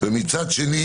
ומצד שני